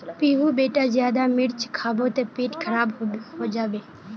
पीहू बेटा ज्यादा मिर्च खाबो ते पेट खराब हों जाबे